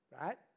Right